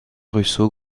russo